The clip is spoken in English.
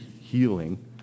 healing